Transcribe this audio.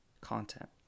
content